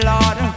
Lord